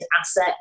asset